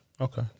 Okay